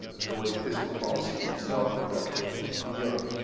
the way fiscal policy is now conducted in europe.